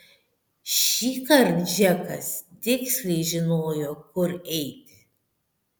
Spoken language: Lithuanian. šįkart džekas tiksliai žinojo kur eiti